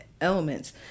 elements